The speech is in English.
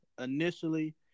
Initially